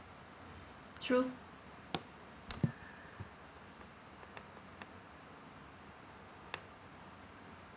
true